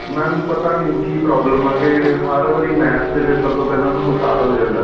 ma'am ਪਤਾ ਨਹੀਂ ਕੀ ਪ੍ਰੋਬਲਮ ਆ ਕਿ ਹਰ ਵਾਰੀ ਮੈਥ ਦੇ ਪੇਪਰ ਤੋਂ ਪਹਿਲਾਂ ਉਹਨੂੰ ਬੁਖਾਰ ਹੋ ਜਾਂਦਾ